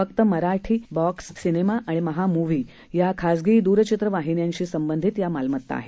फक्त Marathi box cinema आणि Maha movie या खासगी द्रचित्रवाहिन्यांशी संबंधित या मालमत्ता आहेत